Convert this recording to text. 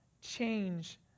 change